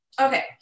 Okay